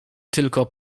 tylko